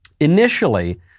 Initially